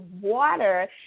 water